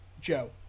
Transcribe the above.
Joe